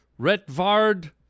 Retvard